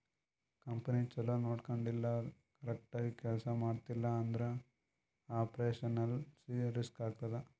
company ಛಲೋ ನೊಡ್ಕೊಂಡಿಲ್ಲ, correct ಆಗಿ ಕೆಲ್ಸಾ ಮಾಡ್ತಿಲ್ಲ ಅಂದುರ್ ಆಪರೇಷನಲ್ ರಿಸ್ಕ್ ಆತ್ತುದ್